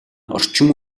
орчин